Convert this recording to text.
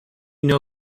know